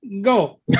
go